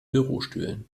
bürostühlen